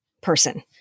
person